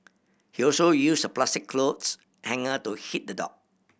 he also used a plastic clothes hanger to hit the dog